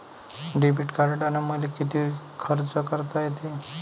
Debit कार्डानं मले किती खर्च करता येते?